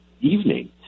evening